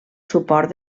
suport